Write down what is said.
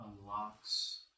unlocks